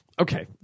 Okay